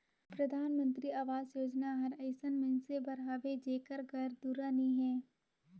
परधानमंतरी अवास योजना हर अइसन मइनसे बर हवे जेकर घर दुरा नी हे